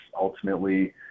Ultimately